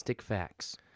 facts